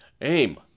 Aim